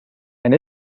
and